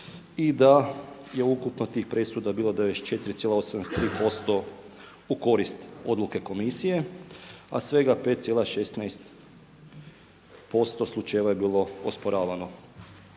i da je ukupno tih presuda bilo 94,83% u korist odluke Komisije, a svega 5,16% slučajeva je bilo osporavano